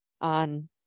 on